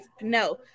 No